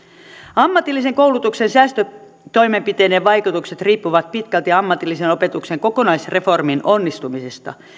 ammatillisen koulutuksen säästötoimenpiteiden vaikutukset riippuvat pitkälti ammatillisen opetuksen kokonaisreformin onnistumisesta